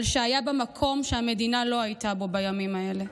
על שהיה במקום שהמדינה לא הייתה בו בימים האלה.